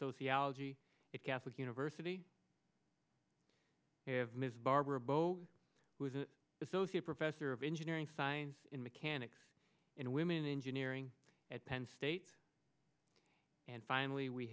sociology at catholic university barbara bo was an associate professor of engineering science in mechanics and women engineering at penn state and finally we